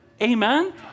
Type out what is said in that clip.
Amen